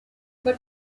but